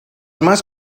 más